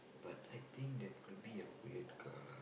but I think that maybe a weird car